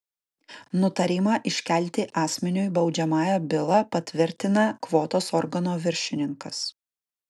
nutarimą iškelti asmeniui baudžiamąją bylą patvirtina kvotos organo viršininkas